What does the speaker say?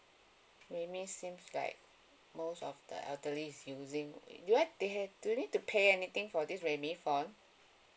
realme seems like most of the elderly is using it do I they have do I need to pay anything for this realme phone